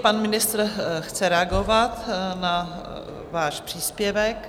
Pan ministr chce reagovat na váš příspěvek.